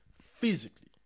physically